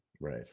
Right